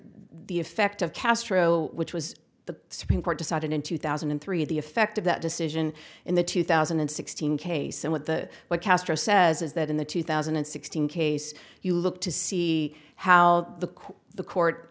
the effect of castro which was the supreme court decided in two thousand and three the effect of that decision in the two thousand and sixteen case and what the what castro says is that in the two thousand and sixteen case you look to see how the court the court